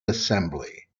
assembly